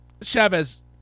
Chavez